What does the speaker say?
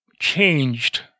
changed